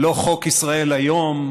לא חוק ישראל היום,